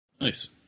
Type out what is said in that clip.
nice